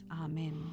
Amen